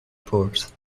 pours